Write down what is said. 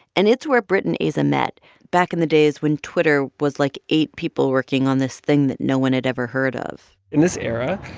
and it's where britt and aza met back in the days when twitter was, like, eight people working on this thing that no one had ever heard of in this era,